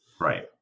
right